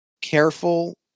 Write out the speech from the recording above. careful